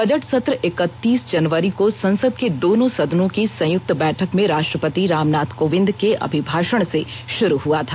budget सत्र इकतीस जनवरी को संसद के दोनों सदनों की संयुक्त बैठक में राष्ट्रपति रामनाथ कोविंद के अभिभाषण से शुरू हुआ था